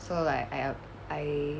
so like I err I